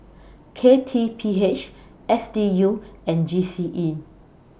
K T P H S D U and G C E